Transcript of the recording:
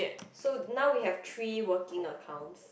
so now we have three working accounts